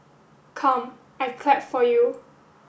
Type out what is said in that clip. come I clap for you